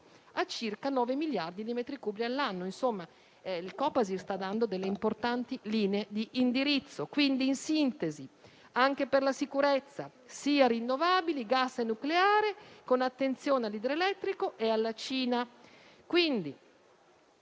a circa 9 miliardi di metri cubi all'anno. Il Copasir sta dando importanti linee di indirizzo. Quindi, in sintesi, anche per la sicurezza, sì a rinnovabili, gas e nucleare, con attenzione all'idroelettrico e alla Cina.